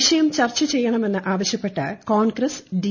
വിഷയം ചർച്ച ചെയ്യണമെന്ന് ആവശ്യപ്പെട്ട് കോൺഗ്രസ് ഡി